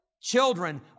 Children